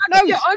no